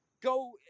go